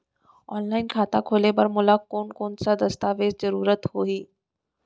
Online खाता खोले बर मोला कोन कोन स दस्तावेज के जरूरत होही?